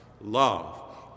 Love